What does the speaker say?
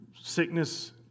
sickness